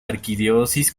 arquidiócesis